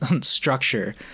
structure